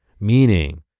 meaning